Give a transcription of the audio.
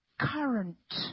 current